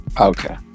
Okay